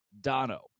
Dono